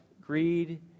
greed